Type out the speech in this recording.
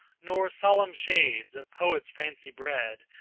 nor solemn shades, of poet's fancy bred,